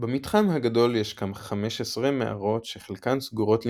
במתחם הגדול יש כ-15 מערות, שחלקן סגורות למבקרים.